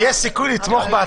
ויש סיכוי לתמוך בהצעה?